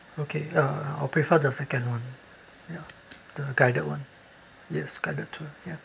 okay uh I'll prefer the second one ya the guided one yes guided tour ya